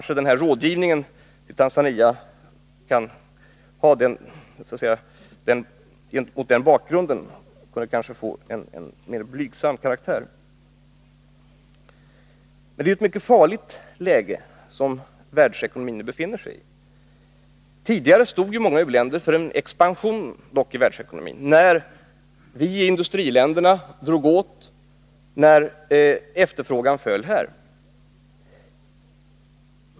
Den här rådgivningen till Tanzania — från en regering som har skapat en sådan ekonomisk situation i Sverige — kunde kanske mot den bakgrunden få en mer blygsam karaktär. Det är ett mycket farligt läge som världsekonomin befinner sig i. Tidigare stod ju många u-länder för en expansion i världsekonomin, när vi i i-länderna drog åt i ekonomin, när efterfrågan föll här.